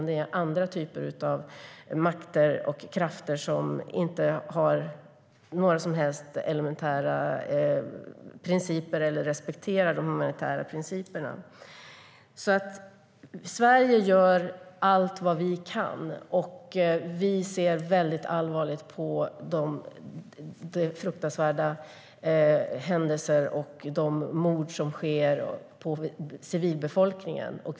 Det är andra typer av makter och krafter som inte har några som helst elementära principer och som inte respekterar de humanitära principerna. Sverige gör allt det kan. Vi ser väldigt allvarligt på de fruktansvärda händelserna och på de mord som sker på civilbefolkningen.